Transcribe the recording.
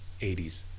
80s